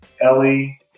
Ellie